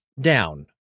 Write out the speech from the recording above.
down